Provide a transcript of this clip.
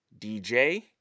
DJ